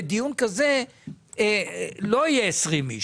בדיון כזה לא יהיו 20 איש.